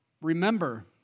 remember